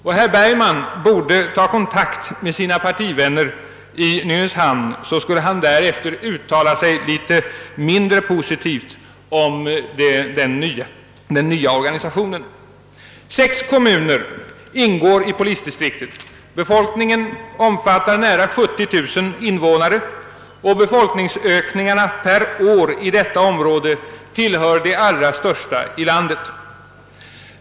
Om herr Bergman tog kontakt med sina partivänner i Nynäshamn skulle han därefter uttala sig mindre positivt om den nya organisationen. Sex kommuner ingår i polisdistriktet. Befolkningen omfattar nära 70 000 invånare, och befolkningsökningen per år i detta område är en av de allra största i landet.